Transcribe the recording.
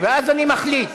ואז אני מחליט.